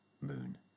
moon